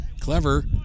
Clever